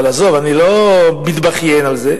אבל עזוב, אני לא מתבכיין על זה.